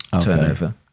turnover